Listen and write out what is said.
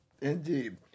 Indeed